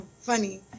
Funny